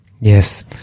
Yes